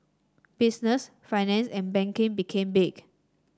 business finance and banking became big